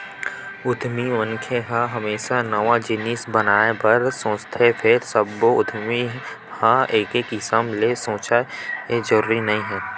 उद्यमी मनखे ह हमेसा नवा जिनिस बनाए बर सोचथे फेर सब्बो उद्यमी ह एके किसम ले सोचय ए जरूरी नइ हे